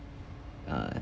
uh